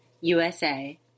USA